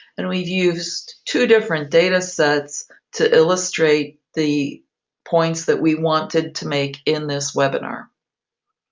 and we've used two different data sets to illustrate the points that we wanted to make in this webinar.